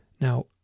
Now